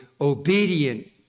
obedient